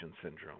syndrome